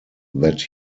that